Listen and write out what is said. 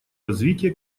развития